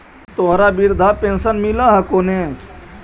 तोहरा वृद्धा पेंशन मिलहको ने?